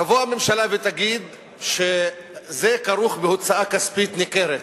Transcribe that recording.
תבוא הממשלה ותגיד שזה כרוך בהוצאה כספית ניכרת.